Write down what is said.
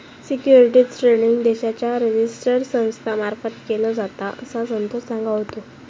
securities trading देशाच्या register संस्था मार्फत केलो जाता, असा संतोष सांगा होतो